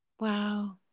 Wow